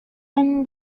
and